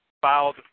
filed